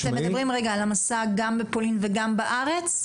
אתם מדברים, רגע, על המסע גם בפולין וגם בארץ?